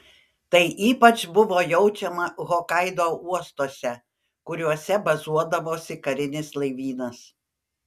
tai ypač buvo jaučiama hokaido uostuose kuriuose bazuodavosi karinis laivynas